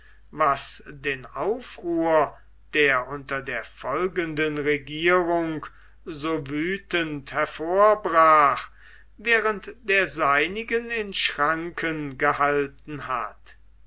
was den aufruhr der unter der folgenden regierung so wüthend hervorbrach während der seinigen in schranken gehalten hat